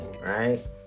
right